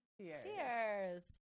Cheers